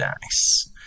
nice